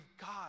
God